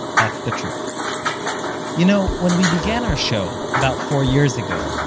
that's the truth you know, when we began our show, about four years ago,